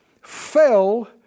fell